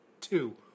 Two